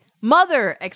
Mother